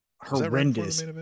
horrendous